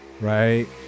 right